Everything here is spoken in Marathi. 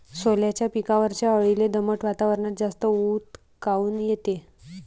सोल्याच्या पिकावरच्या अळीले दमट वातावरनात जास्त ऊत काऊन येते?